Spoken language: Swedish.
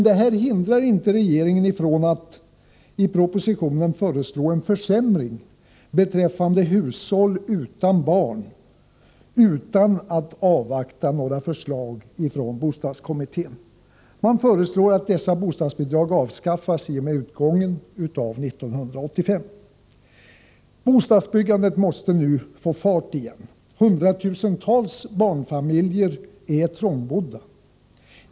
Detta hindrar dock inte regeringen från att i propositionen föreslå en försämring för hushåll utan barn, utan att avvakta några förslag från bostadskommittén. Man föreslår att dessa bostadsbidrag avskaffas i och med utgången av 1985. Bostadsbyggandet måste nu få fart igen. Hundratusentals barnfamiljer är trångbodda.